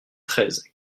treize